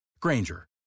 Granger